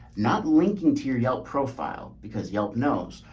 not linking to your yelp profile because yelp knows,